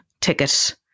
ticket